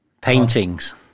Paintings